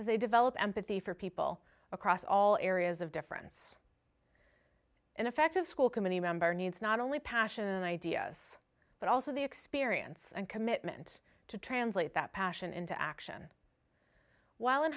they develop empathy for people across all areas of difference in effective school committee member needs not only passion and ideas but also the experience and commitment to translate that passion into action while in